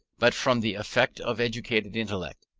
but from the effect of educated intellect,